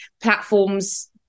platforms